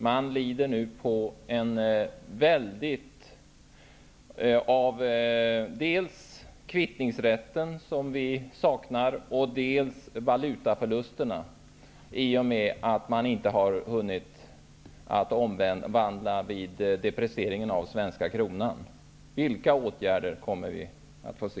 Man lider nu dels av den kvittningsrätt som vi saknar och dels av valutaförlusterna i och med att man inte har hunnit göra en omvandling vid deprecieringen av svenska kronan. Vilka åtgärder kommer vi att få se?